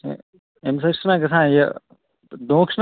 ہَے اَمہِ سۭتۍ چھِس نا گژھان یہِ دھونٛکہٕ چھِناہ